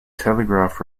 telegraph